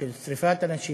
של שרפת אנשים,